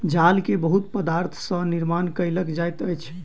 जाल के बहुत पदार्थ सॅ निर्माण कयल जाइत अछि